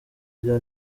rya